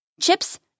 Chips